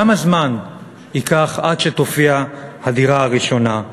כמה זמן יעבור עד שתופיע הדירה הראשונה.